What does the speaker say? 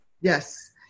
Yes